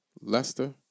Leicester